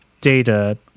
data